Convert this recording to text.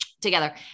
together